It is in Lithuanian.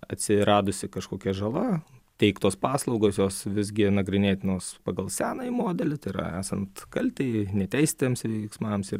atsiradusi kažkokia žala teiktos paslaugos jos visgi nagrinėtinos pagal senąjį modelį tai yra esant kaltei neteisėtiems veiksmams ir